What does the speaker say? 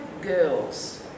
girls